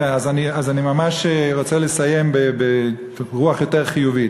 כן, אז אני רוצה לסיים ברוח יותר חיובית.